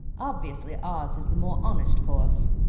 obviously ours is the more honest course.